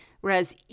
Whereas